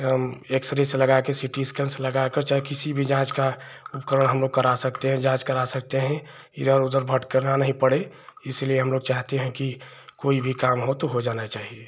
हम एक्सरे से लगाकर सी टी स्कैन से लगाकर चाहे किसी भी जाँच का उपकरण हमलोग करा सकते हैं जाँच करा सकते हैं इधर उधर भटकना नहीं पड़े इसीलिए हमलोग चाहते हैं कि कोई भी काम हो तो हो जाना चाहिए